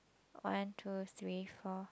one two three four